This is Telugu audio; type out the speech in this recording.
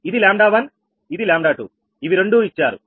ఇది 𝜆1 ఇది𝜆2 ఇవి రెండూ ఇచ్చారు